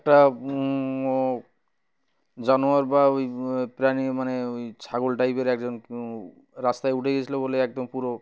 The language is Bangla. একটা ও জানোয়ার বা ওই প্রাণী মানে ওই ছাগল টাইপের একজন রাস্তায় উঠে গেছিলো বলে একদম পুরো